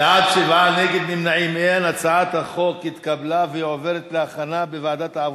ההצעה להעביר את הצעת חוק עבודת הנוער